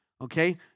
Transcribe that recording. Okay